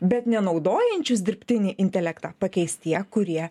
bet nenaudojančius dirbtinį intelektą pakeis tie kurie